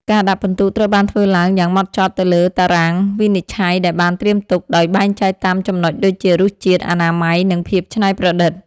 ការដាក់ពិន្ទុត្រូវបានធ្វើឡើងយ៉ាងហ្មត់ចត់ទៅលើតារាងវិនិច្ឆ័យដែលបានត្រៀមទុក ដោយបែងចែកតាមចំណុចដូចជា រសជាតិ អនាម័យ និងភាពច្នៃប្រឌិត។